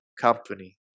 company